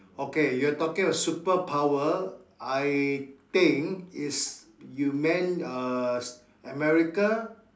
okay you're talking about superpower I think is you meant uh America